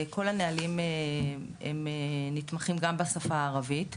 כל הנהלים הם נתמכים גם בשפה הערבית.